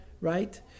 Right